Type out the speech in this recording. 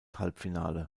halbfinale